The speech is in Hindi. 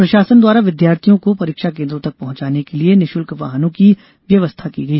प्रशासन द्वारा विद्यार्थियों को परीक्षा केन्द्रों तक पहुंचाने के लिए निशुल्क वाहनों की व्यवस्था की गई